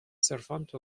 servante